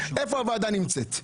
איפה הוועדה נמצאת.